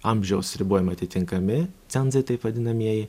amžiaus ribojimai atitinkami cenzai taip vadinamieji